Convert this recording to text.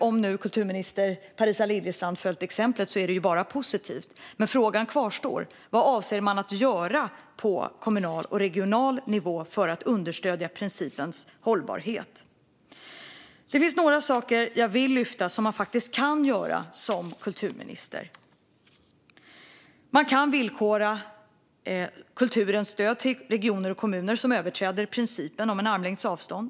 Om kulturminister Parisa Liljestrand vill följa vårt exempel är det positivt, men frågan kvarstår: Vad avser man att göra på kommunal och regional nivå för att understödja principens hållbarhet? Låt mig ta upp några saker man kan göra som kulturminister. Man kan villkora kulturstödet till kommuner och regioner som överträder principen om armlängds avstånd.